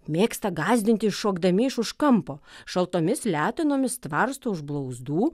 mėgsta gąsdinti iššokdami iš už kampo šaltomis letenomis tvarsto už blauzdų